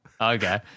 okay